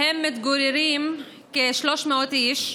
שבהם מתגוררים כ-300 איש,